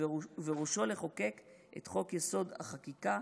ובראשו, לחוקק את חוק-יסוד: החקיקה,